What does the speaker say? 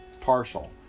partial